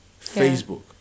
Facebook